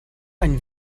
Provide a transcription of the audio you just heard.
ein